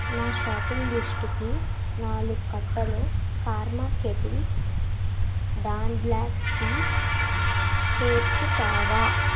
నా షాపింగ్ లిస్టుకి నాలుగు కట్టలు karma kettle don black tea చేర్చుతావా